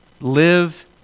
live